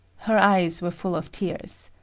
her eyes were full of tears.